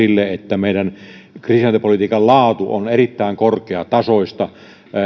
sille että meidän kriisinhallintapolitiikkamme laatu on erittäin korkeatasoista